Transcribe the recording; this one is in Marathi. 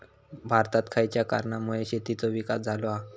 भारतात खयच्या कारणांमुळे शेतीचो विकास झालो हा?